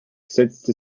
setzte